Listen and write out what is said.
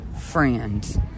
friends